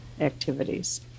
activities